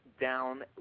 down